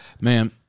Man